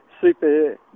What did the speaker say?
Super